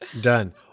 Done